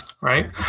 Right